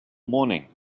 morning